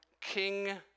King